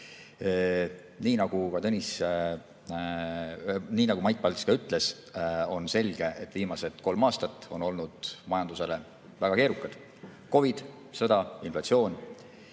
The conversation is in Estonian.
Nii nagu Mait Palts ka ütles, on selge, et viimased kolm aastat on olnud majandusele väga keerukad. COVID, sõda, inflatsioon,